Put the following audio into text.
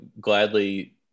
gladly